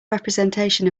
representation